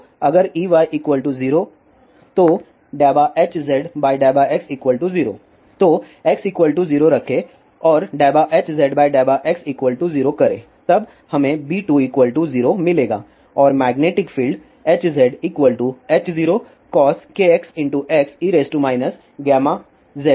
तो x 0 रखे और Hz∂x0 करें तब हमें B2 0 मिलेगा और magnetic field HzH0cos⁡ e γz तक घट जाते है